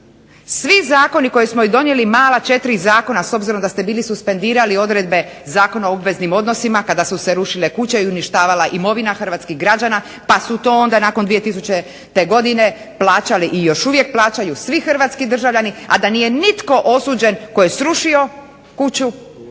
Svi zakoni koje smo i donijeli, mala 4 zakona, s obzirom da ste bili suspendirali odredbe Zakona o obveznim odnosima kada su se rušile kuće i uništavala imovina hrvatskih građana pa su to onda nakon 2000. godine plaćali i još uvijek plaćaju svi hrvatski državljani, a da nije nitko osuđen tko je srušio kuću